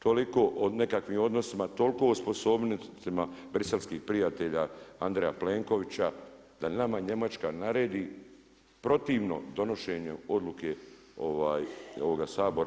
Toliko o nekakvim odnosima, toliko o sposobnostima briselskih prijatelja Andreja Plenkovića da nama Njemačka naredi protivno donošenju odluke ovoga Sabora.